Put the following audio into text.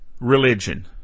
religion